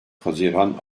haziran